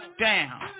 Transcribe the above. Down